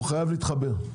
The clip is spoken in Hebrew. הוא חייב להתחבר.